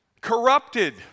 corrupted